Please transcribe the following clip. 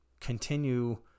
continue